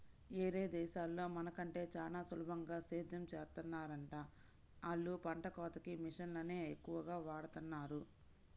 యేరే దేశాల్లో మన కంటే చానా సులభంగా సేద్దెం చేత్తన్నారంట, ఆళ్ళు పంట కోతకి మిషన్లనే ఎక్కువగా వాడతన్నారు